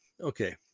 Okay